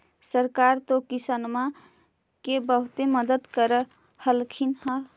सरकार तो किसानमा के बहुते मदद कर रहल्खिन ह?